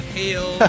hail